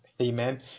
Amen